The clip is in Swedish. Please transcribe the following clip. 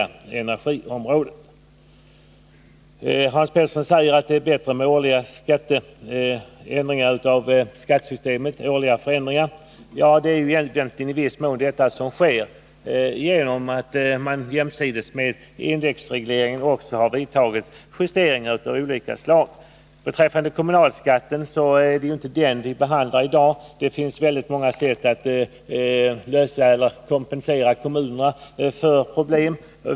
Hans Petersson i Hallstahammar säger att det är bättre med årliga ändringar av skatteskalorna. Det är ju sådant som sker genom att man jämsides med indexregleringen också har gjort justeringar av olika slag. Kommunalskatten behandlar vi inte i dag. Det finns väldigt många sätt att Nr 54 kompensera kommunerna och lösa problem.